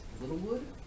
Littlewood